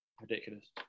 ridiculous